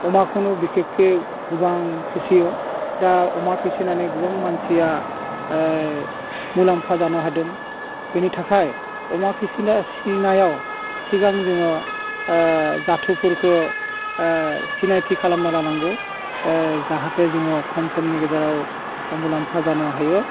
अमाखौनो बिखेख्खै गोबां फिसियो दा अमा फिसिनानै गोबां मानसिया मुलाम्फा जानो हादों बेनि थाखाय अमा फिसिनाय सिनायाव सिगां जोङो जाथुफोरखौ सिनायथि खालामना लानांगौ जाहाथे जोङो खम समनि गेजेराव मुलाम्फा जानो हायो